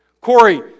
Corey